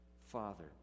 Father